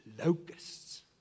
locusts